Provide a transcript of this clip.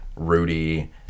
Rudy